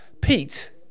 Pete